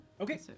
okay